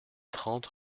trente